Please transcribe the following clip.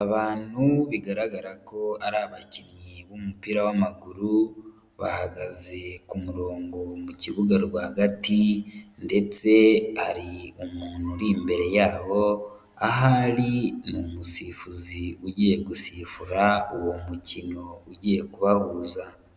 Abantu bigaragara ko ari abakinnyi b'umupira w'amaguru, bahagaze ku murongo mu kibuga rwagati ndetse hari umuntu uri imbere yabo, ahari n'umusifuzi ugiye gusifura uwo mukino ugiye kubahuza.